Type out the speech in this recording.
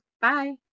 Bye